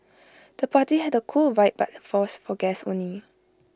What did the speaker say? the party had A cool vibe but for guests only